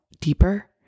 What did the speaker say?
deeper